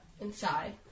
inside